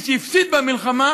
מי שהפסיד במלחמה,